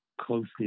closely